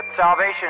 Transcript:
salvation